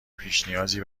پیشنیازی